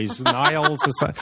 Niles